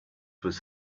was